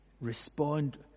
respond